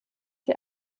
die